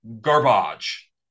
garbage